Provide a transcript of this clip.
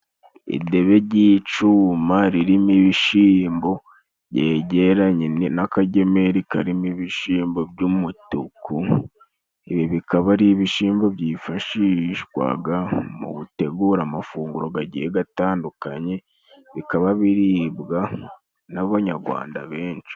Idebe ry'icuma ririmo ibishimbo ryegeranye n'akagemeri karimo ibishimbo by'umutuku. Ibi bikaba ari ibishimbo byifashishwaga mu gutegura amafunguro gagiye gatandukanye bikaba biribwa n'Abanyarwanda benshi.